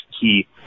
key